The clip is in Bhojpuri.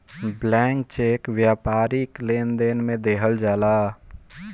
ब्लैंक चेक व्यापारिक लेनदेन में देहल जाला